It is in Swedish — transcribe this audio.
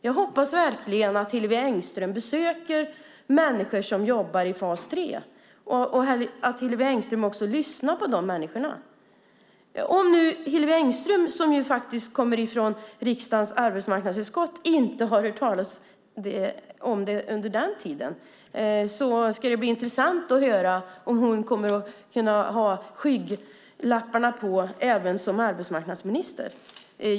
Jag hoppas verkligen att Hillevi Engström besöker människor som jobbar i fas 3 och att hon också lyssnar på de människorna. Om nu Hillevi Engström, som ju kommer från riksdagens arbetsmarknadsutskott, inte har hört talas om det här under sin tid i utskottet ska det bli intressant att se om hon kommer att kunna ha skygglapparna på även som arbetsmarknadsminister.